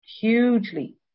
hugely